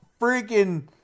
freaking